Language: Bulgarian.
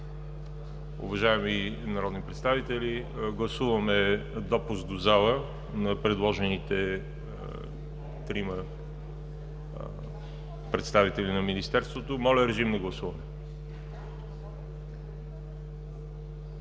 Уважаеми народни представители гласуваме допускане до залата на предложените трима представители на Министерството. Гласували